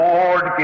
Lord